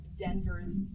Denver's